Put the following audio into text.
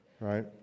Right